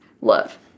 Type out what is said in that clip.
love